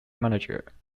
manager